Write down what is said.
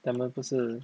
他们不是